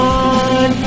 on